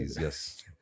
yes